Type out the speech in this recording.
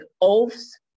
oaths